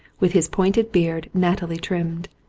with his pointed beard nattily trimmed.